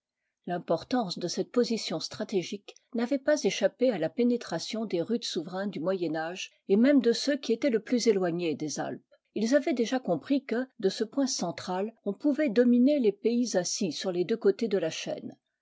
l'importance de cette position stratégique n'avait pas échappé à la pénétration des rudes souverains du moyen âge et môme de ceux qui étaient le plus éloignés des alpes ils avaient déjà compris que de ce point central on pouvait dominer les pays assis sur les deux côtés de la chaîne